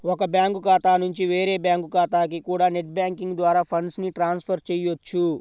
ఒక బ్యాంకు ఖాతా నుంచి వేరే బ్యాంకు ఖాతాకి కూడా నెట్ బ్యాంకింగ్ ద్వారా ఫండ్స్ ని ట్రాన్స్ ఫర్ చెయ్యొచ్చు